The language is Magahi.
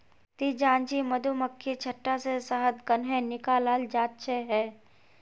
ती जानछि मधुमक्खीर छत्ता से शहद कंन्हे निकालाल जाच्छे हैय